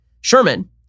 Sherman